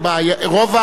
פועלי הבניין,